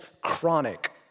chronic